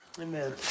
Amen